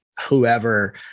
whoever